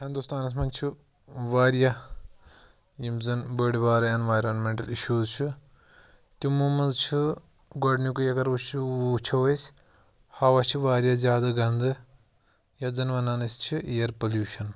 ہِندوستانَس منٛز چھُ واریاہ یِم زَن بٔڑۍ بارٕ اٮ۪نوارَمٮ۪نٛٹَل اِشوٗز چھِ تِمو منٛز چھِ گۄڈنِکُے اگر وٕچھِو وٕچھو أسۍ ہَوا چھِ واریاہ زیادٕ گَنٛدٕ یَتھ زَن وَنان أسۍ چھِ اِیَر پوٚلیوٗشَن